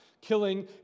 killing